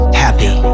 happy